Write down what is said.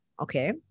okay